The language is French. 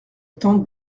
tante